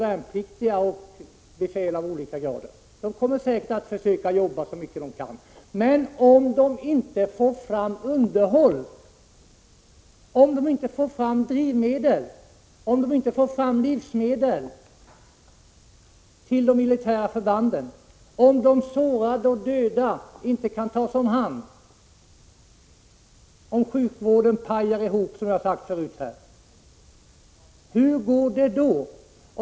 1986/87:133 lojalt och försöka jobba så mycket de kan. Men om de inte får fram 1 juni 1987 underhåll, drivmedel och livsmedel till de militära förbanden, om de sårade och de döda inte kan tas om hand, om sjukvården pajar ihop — hur går det då?